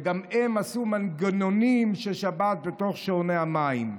וגם הן עשו מנגנונים של שבת בתוך שעוני המים.